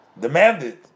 demanded